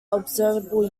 observable